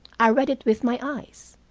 i read it with my eyes.